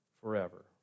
forever